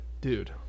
dude